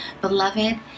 Beloved